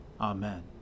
Amen